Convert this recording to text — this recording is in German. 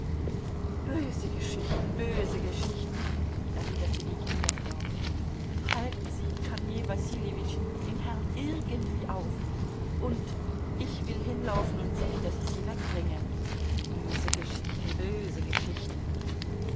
böse geschichten böse geschichten erwiderte die kinderfrau halten sie kornei wasiljewitsch den herrn irgendwie auf und ich will hinlaufen und sehen daß ich sie wegbringe böse geschichten böse geschichten